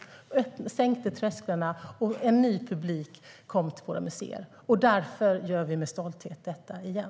De sänkte trösklarna, och en ny publik kom till våra museer. Därför gör vi med stolthet detta igen.